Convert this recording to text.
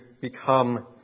become